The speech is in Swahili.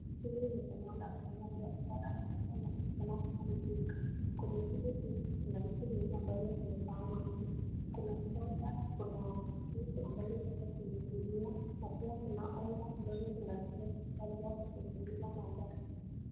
Hili ni eneo la kufanyia biashara ambayo inaonekana kuwa ni duka . Kwenye hili duka kuna vitu mingi ambazo zimepangwa nje . Kuna soda kuna vitu ambazo ziko kwenye gunia na pia kuna unga ambazo zinatumika hali yao kutengeneza mandazi .